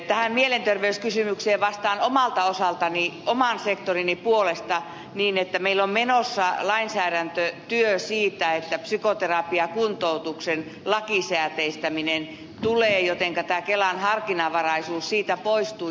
tähän mielenterveyskysymykseen vastaan omalta osaltani oman sektorini puolesta niin että meillä on menossa lainsäädäntötyö siitä että psykoterapiakuntoutuksen lakisääteistäminen tulee jotenka tämä kelan harkinnanvaraisuus siitä poistuu